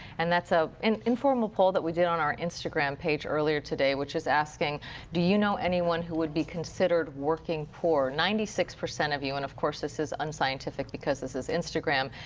and ah and informal poll but we did on our instagram page earlier today. which is asking do you know anyone who would be considered working poor? ninety six percent of you, and of course, this is unscientific because this is instagram.